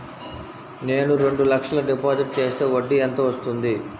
నేను రెండు లక్షల డిపాజిట్ చేస్తే వడ్డీ ఎంత వస్తుంది?